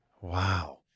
wow